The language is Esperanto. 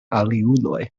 aliuloj